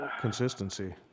consistency